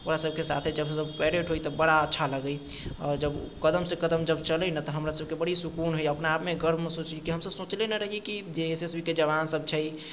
ओकरासभके साथ जब पैरेड होइ तऽ बड़ा अच्छा लगय आओर जब कदमसँ कदम चलय ने तऽ हमरासभके बड़ी सुकून होइ अपना आपमे गर्व महसूस होइए हमसभ सोचने नहि रहियै कि जे एस एस बी के जवानसभ छै